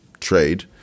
trade